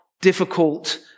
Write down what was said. difficult